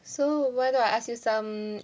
so why don't I ask you some